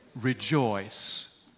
rejoice